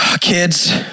Kids